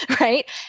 Right